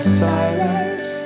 silence